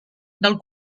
del